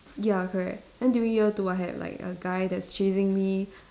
ya correct then during year two I had like a guy that's chasing me